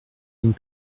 d’une